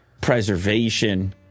preservation